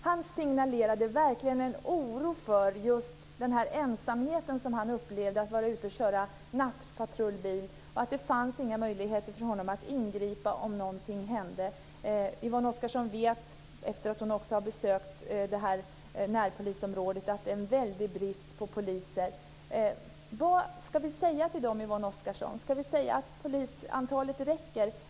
Han signalerade verkligen en oro för den ensamhet som han upplevde när han körde nattpatrullbil. Det fanns inga möjligheter för honom att ingripa om någonting skulle hända. Yvonne Oscarsson, som också har besökt det här närpolisområdet, vet att det är en väldig brist på poliser. Vad ska vi säga till dem, Yvonne Oscarsson? Ska vi säga att antalet poliser räcker?